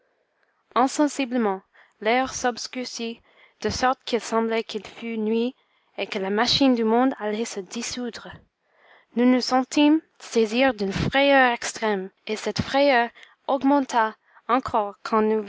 insensiblement l'air s'obscurcit de sorte qu'il semblait qu'il fût nuit et que la machine du monde allait se dissoudre nous nous sentîmes saisir d'une frayeur extrême et cette frayeur augmenta encore quand nous